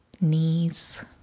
knees